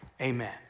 Amen